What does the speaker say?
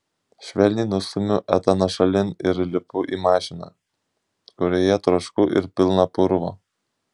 švelniai nustumiu etaną šalin ir lipu į mašiną kurioje trošku ir pilna purvo